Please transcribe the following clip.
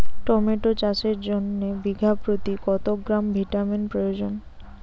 Tomato চাষের জন্য বিঘা প্রতি কত গ্রাম ভিটামিন প্রয়োজন?